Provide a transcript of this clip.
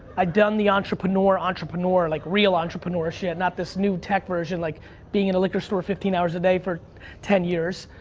i'd done the entrepreneur, entrepreneur, like real entrepreneur shit. not this new tech version, like being in a liquor store fifteen hours a day for ten years.